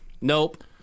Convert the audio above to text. Nope